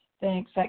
Thanks